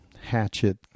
hatchet